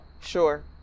sure